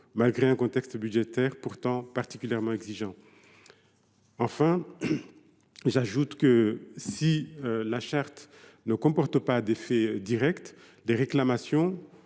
malgré un contexte budgétaire particulièrement contraint. J’ajoute que, si la Charte ne comporte pas d’effet direct, les réclamations